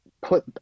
put